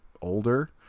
older